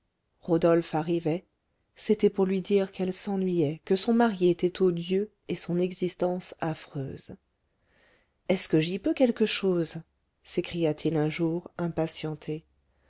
rodolphe arrivait c'était pour lui dire qu'elle s'ennuyait que son mari était odieux et son existence affreuse est-ce que j'y peux quelque chose s'écria-t-il un jour impatienté